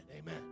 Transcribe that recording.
amen